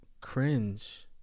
cringe